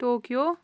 Tokyo